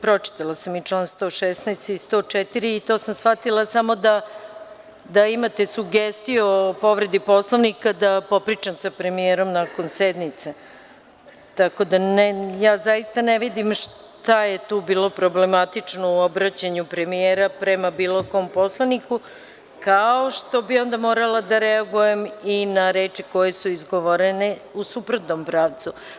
Pročitala sam i član 116. i 104… (Aleksandra Jerkov, s mesta: Član 106.) I to sam shvatila da samo imate sugestiju o povredi Poslovnika da popričam sa premijerom nakon sednice, tako da zaista ne vidim šta je tu bilo problematično u obraćanju premijera prema bilo kom poslaniku, kao što bi onda morala da reagujem i na reči koje su izgovorene u suprotnom pravcu.